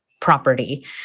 property